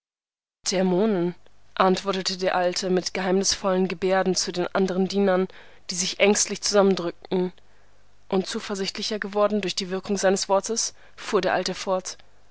dämonen antwortete der alte mit geheimnisvollen geberden zu den anderen dienern die sich ängstlich zusammendrückten und zuversichtlicher geworden durch die wirkung seines wortes fuhr der alte fort